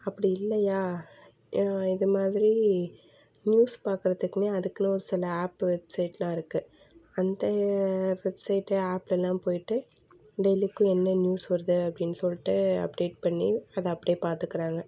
அப்படி இல்லையா எதுவும் இதுமாதிரி நியூஸ் பார்க்கறதுக்குன்னே அதுக்குன்னு ஒரு சில ஆப் வெப்சைட்லாம் இருக்குது அந்த வெப்சைட் ஆப்லல்லாம் போயிட்டு டெய்லிக்கும் என்ன நியூஸ் வருது அப்படின்னு சொல்லிட்டு அப்டேட் பண்ணி அதை அப்படியே பார்த்துக்கிறாங்க